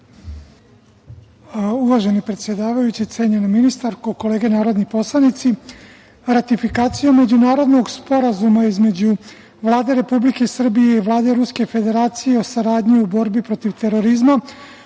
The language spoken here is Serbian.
Uvaženi predsedavajući, cenjena ministarko, kolege narodni poslanici, ratifikacijom međunarodnog sporazuma između Vlade Republike Srbije i Vlade Ruske Federacije o saradnji u borbi protiv terorizma